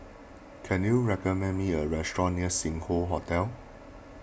can you recommend me a restaurant near Sing Hoe Hotel